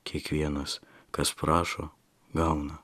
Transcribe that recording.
kiekvienas kas prašo gauna